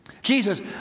Jesus